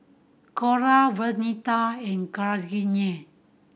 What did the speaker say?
Cora Vernita and